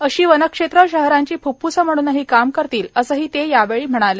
अशी वनक्षेत्रे शहरांची फ्प्फ्से म्हणूनही काम करतील असेही ते यावेळी म्हणाले